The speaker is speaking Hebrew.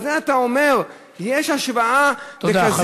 על זה אתה אומר שיש השוואה, תודה.